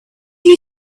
you